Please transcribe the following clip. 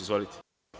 Izvolite.